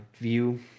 view